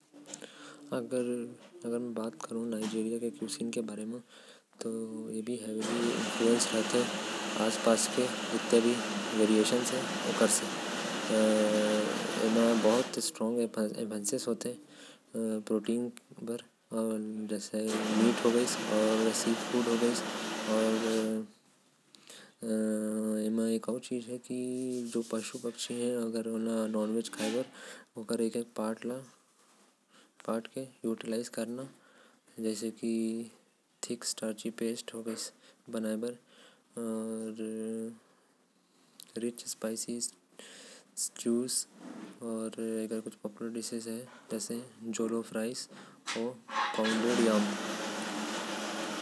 नाइजीरिया के अगर हमन बात करब तो। ओकर में मटन समुद्री खाना पशु पक्षी के मार के। एक एक हिस्सा खाना अउ संघे। एक पॉन्डेड याम नाम के खाना आएल। एहि सब वहा के लोग मन ज्यादा खाथे।